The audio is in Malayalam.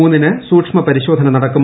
മൂന്നിന് സൂക്ഷ്മ പരിശോധന നടക്കും